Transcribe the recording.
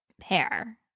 pair